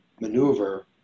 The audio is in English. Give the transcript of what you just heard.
maneuver